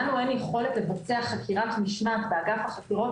לנו אין יכולת לבצע חקירת משמעת באגף החקירות